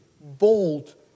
bold